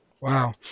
Wow